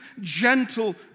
gentle